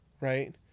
right